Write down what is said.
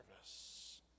service